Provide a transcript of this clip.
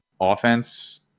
Offense